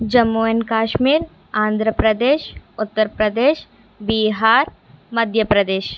Jammu and Kashmir Andhra Pradesh Uttar Pradesh Bihar Madhya Pradesh